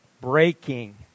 breaking